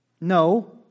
no